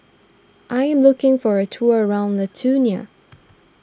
I am looking for a tour around Lithuania